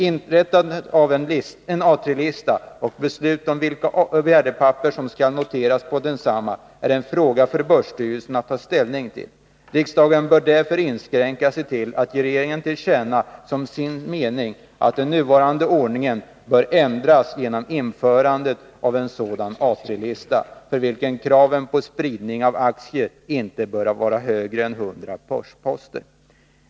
Inrättandet av en A III-lista och beslut om vilka värdepapper som skall noteras på densamma är en fråga för börsstyrelsen att ta ställning till. Riksdagen bör därför inskränka sig till att ge regeringen till känna som sin mening att den nuvarande ordningen bör ändras genom införandet av en A III-lista för vilken kravet på spridning av aktier inte bör vara högre än 100 börsposter.